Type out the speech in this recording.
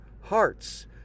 hearts